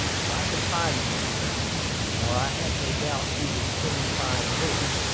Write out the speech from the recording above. but i could find him again or i had no doubt he would soon find me.